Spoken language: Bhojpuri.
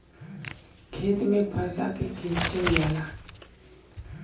खेत में फंसा के खिंचल जाला